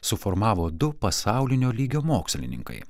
suformavo du pasaulinio lygio mokslininkai